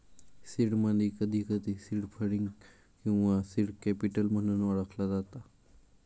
seed money, कधीकधी seed funding किंवा seed capital म्हणून ओळखला जाता